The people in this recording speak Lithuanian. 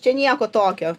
čia nieko tokio